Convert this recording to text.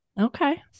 Okay